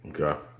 Okay